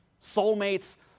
Soulmates